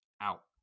out